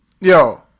Yo